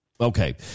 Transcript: Okay